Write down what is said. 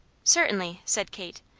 certainly, said kate.